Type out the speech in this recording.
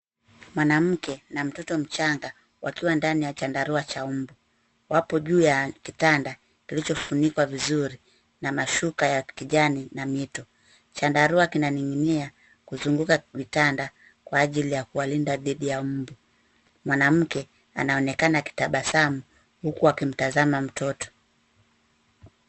Mwanamke na mtoto mchanga wakiwa ndani ya chandarua cha mbu . Wapo juu ya kitanda kilichofunikwa vizuri na mashuka ya kijani na mito. Chandarua kinaning'inia kuzunguka kitanda kwa ajili ya kuwalinda dhidi ya mbu. Mwanamke anaonekana akitabasamu huku akimtazama mtoto.